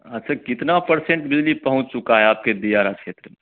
अच्छा कितना परसेंट बिजली पहुँच चुका है आपके दियरा क्षेत्र में